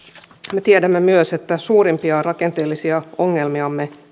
me tiedämme myös että suurimpia rakenteellisia ongelmiamme